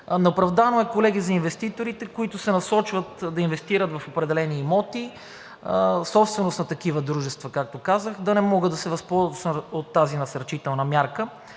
Неоправдано е, колеги, за инвеститорите, които се насочват да инвестират в определени имоти, собственост на такива дружества, както казах, да не могат да се възползват от тази насърчителна мярка.